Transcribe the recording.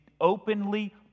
openly